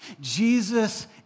Jesus